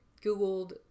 googled